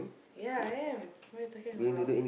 ya I am what you talking about